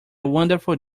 wonderful